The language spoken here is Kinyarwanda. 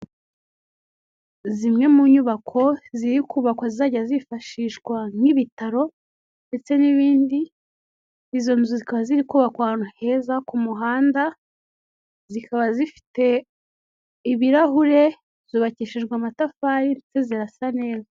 Zimwe mu nyubako ziri kubakwa zizajya zifashishwa nk'ibitaro ndetse n'ibindi. Izo nzu zikaba ziri kubakwa ahantu heza ku muhanda, zikaba zifite ibirahure. Zubakishijwe amatafari ndetse zirasa neza.